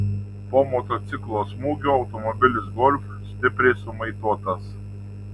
po motociklo smūgio automobilis golf stipriai sumaitotas